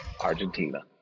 Argentina